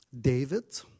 David